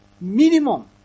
Minimum